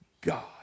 God